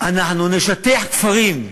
אנחנו נשטח כפרים,